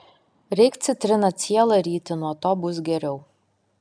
reik citriną cielą ryti nuo to bus geriau